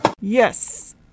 Yes